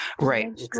Right